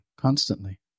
constantly